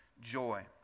joy